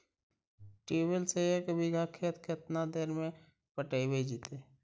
Tubewell से एक बिघा खेत केतना देर में पटैबए जितै?